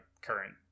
current